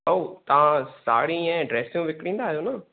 भाऊ तव्हां साड़ी ऐं ड्रैस विकिणींदा आहियो न